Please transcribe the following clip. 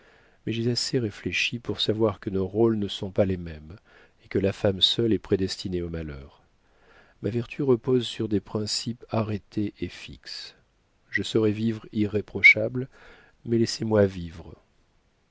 mais j'ai assez réfléchi pour savoir que nos rôles ne sont pas les mêmes et que la femme seule est prédestinée au malheur ma vertu repose sur des principes arrêtés et fixes je saurai vivre irréprochable mais laissez-moi vivre